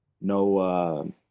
no